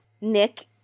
Nick